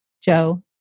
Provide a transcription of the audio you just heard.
Joe